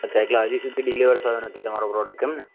અચ્છા એટલે હજી સુધી ડિલેવર થયો નથી તમારો પ્રોડક્ટ એમ ને